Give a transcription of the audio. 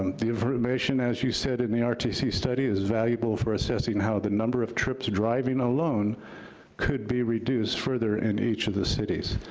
um the information, as you said in the ah rtc study, is valuable for assessing how the number of trips driving alone could be reduced further in each of the cities.